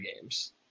games